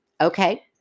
Okay